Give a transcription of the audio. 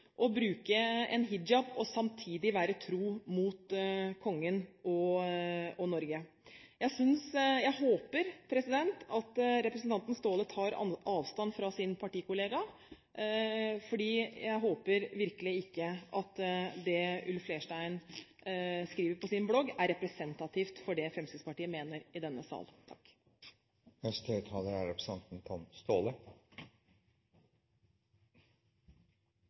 å bruke en hijab og samtidig være tro mot Kongen og Norge? Jeg håper at representanten Staahle tar avstand fra sin partikollega, for jeg håper virkelig ikke at det Ulf Leirstein skriver på sin blogg, er representativt for det Fremskrittspartiet mener i denne sal. Jeg har bare lyst til å korrigere representanten